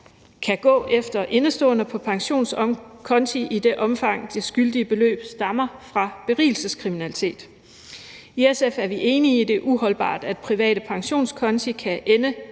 kan gå efter indeståender på pensionskonti i det omfang, det skyldige beløb stammer fra berigelseskriminalitet. I SF er vi enige i, at det er uholdbart, at private pensionskonti kan ende